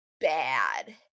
bad